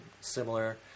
similar